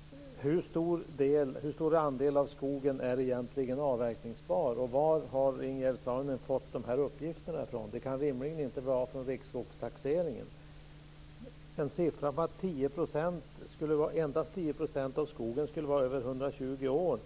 måste jag fråga Ingegerd Saarinen hur stor andel av skogen som egentligen är avverkningsbar. Var har Ingegerd Saarinen fått de här uppgifter? Det kan rimligen inte vara från riksskogstaxeringen. Endast 10 % av skogen skulle vara över 120 år.